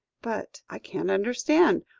but i can't understand.